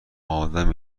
آدم